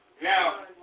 now